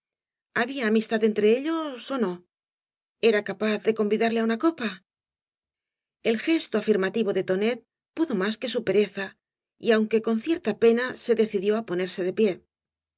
había amistad entre ellos ó no era capaz de convidarle á una copa el gesto afirmativo de tonet pudo más que su pereza y aunque con cierta pena se decidió á ponerse de pie